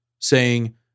Saying